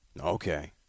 Okay